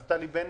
נפתלי בנט,